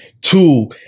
two